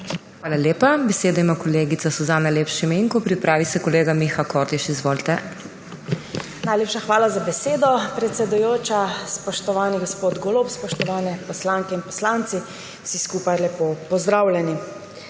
Hvala lepa. Besedo ima kolegica Suzana Lep Šimenko, pripravi se kolega Miha Kordiš. Izvolite. SUZANA LEP ŠIMENKO (PS SDS): Hvala za besedo, predsedujoča. Spoštovani gospod Golob, spoštovane poslanke in poslanci, vsi skupaj lepo pozdravljeni!